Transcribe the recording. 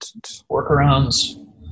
Workarounds